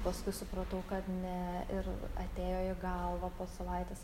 paskui supratau kad ne ir atėjo į galvą po savaitės